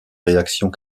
réactions